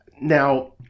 Now